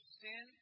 sin